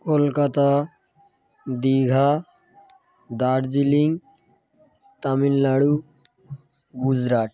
Kolkata Digha Darjeeling Tamil Nadu Gujarat